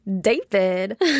David